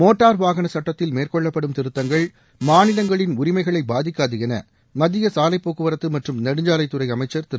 motor வாகன சுட்டத்தில் மேற்கொள்ளப்படும் திருத்தங்கள் மாநிலங்களின் உரிமைகளை பாதிக்காது என மத்திய சாலை போக்குவரத்து மற்றும் நெடுஞ்சாலைத்துறை அமைச்சர் திரு